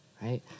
right